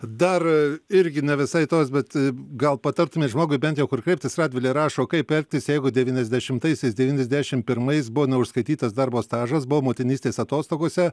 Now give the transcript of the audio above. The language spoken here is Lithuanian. dar irgi ne visai tos bet gal patartumėt žmogui bent jau kur kreiptis radvilė rašo kaip elgtis jeigu devyniasdešimtaisiais devyniasdešim pirmais buvo neužskaitytas darbo stažas buvau motinystės atostogose